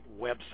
website